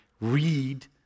read